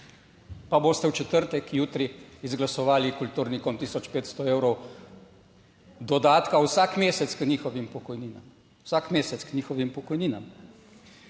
pa boste v četrtek, jutri izglasovali kulturnikom 1500 evrov dodatka vsak mesec k njihovim pokojninam, vsak mesec k njihovim pokojninam.